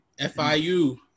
FIU